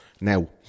Now